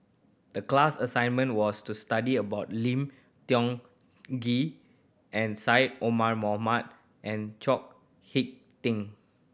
the class assignment was to study about Lim Tiong Ghee and Syed Omar Mohamed and Chao Hick Tin